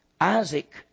Isaac